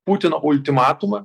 putino ultimatumą